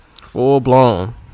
Full-blown